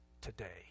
today